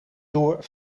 door